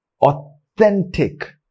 authentic